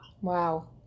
wow